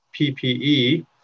PPE